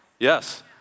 Yes